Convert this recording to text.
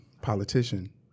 politician